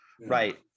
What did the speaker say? right